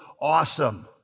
awesome